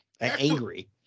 Angry